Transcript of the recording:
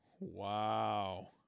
wow